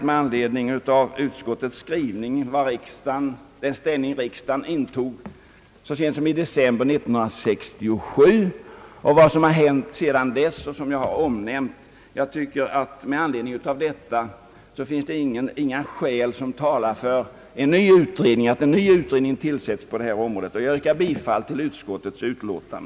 Med anledning av utskottets skrivning och den ställning som riksdagen intog så sent som i december 1967 och vad som hänt sedan dess, vilket jag omnämnt, tycker jag att det inte finns några skäl som talar för en ny utredning på detta område. Jag yrkar bifall till utskottets hemställan.